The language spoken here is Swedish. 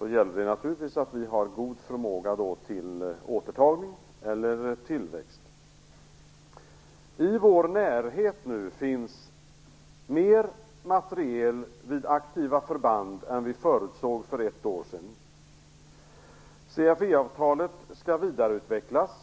gäller det naturligtvis att vi har en god förmåga till återtagning, till tillväxt. I vår närhet finns nu mer materiel vid aktiva förband än vi förutsåg för ett år sedan. CFE-avtalet skall vidareutvecklas.